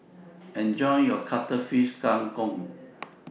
Enjoy your Cuttlefish Kang Kong